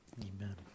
amen